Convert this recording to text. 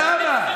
סליחה,